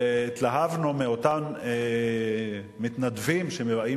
והתלהבנו מאותם מתנדבים שנראים ובאים